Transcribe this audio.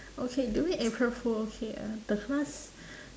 okay during april fool okay uh the class